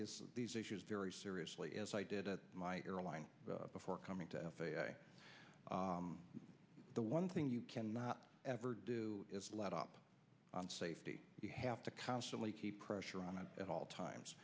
these issues very seriously as i did at my airline before coming to the one thing you cannot ever do is let up on safety you have to constantly keep pressure on them at all times